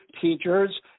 teachers